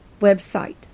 website